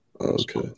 okay